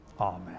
amen